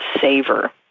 saver